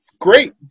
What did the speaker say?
great